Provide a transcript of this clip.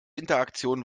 interaktion